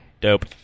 Dope